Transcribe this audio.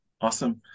awesome